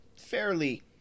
fairly